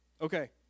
Okay